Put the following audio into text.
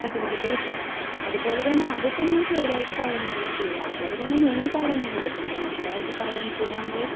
certificate കിട്ടുക അതുപോലെ തന്നെ അത് ഇപ്പം ഞാൻ ചെറുതായിട്ട് പറയുന്നുള്ളൂ ഇപ്പം അത് പോലെ തന്നെ നൂറ് കാര്യങ്ങളുണ്ട് ഇപ്പം നിയമപരമായിട്ട് പറയാനാണെങ്കിൽ ഇപ്പം ഒരു നമ്മൾ